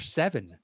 seven